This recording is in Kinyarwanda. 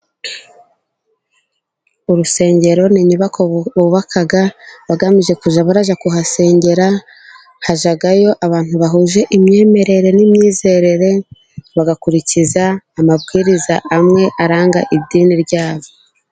Urusengero ni inyubako bubaka bagamije kujya bajya kuhasengera, hajyayo abantu bahuje imyemerere n'imyizerere, bagakurikiza amabwiriza amwe aranga idini ryabo.